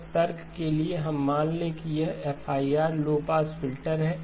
बस तर्क के लिए हम मान लें कि यह FIR लो पास फिल्टर है finite impulse response low pass filter है